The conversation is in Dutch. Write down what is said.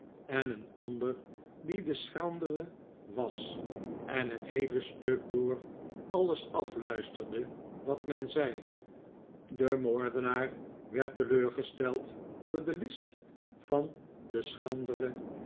en een ander die de schrandere was en het heele stuk door alles afluisterde wat men zei de moordenaar werd teleurgesteld door de list van den schrandere